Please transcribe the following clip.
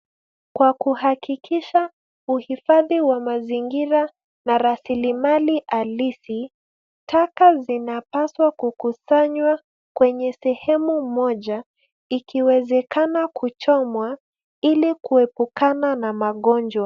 Kwa kuhakikisha uhifadhi wa mazingira na rasilimali halisi, taka zinapaswa kukusanywa kwenye sehemu moja, ikiwezekana kuchomwa, ili kuepukana na magonjwa.